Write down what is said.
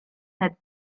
had